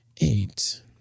eight